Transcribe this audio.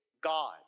god